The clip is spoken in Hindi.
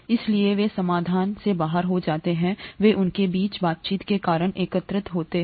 इसलिए वे समाधान से बाहर हो जाते हैं वे उनके बीच बातचीत के कारण एकत्र होते हैं